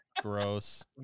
Gross